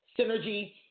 Synergy